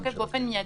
לתוקף באופן מיידי,